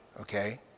okay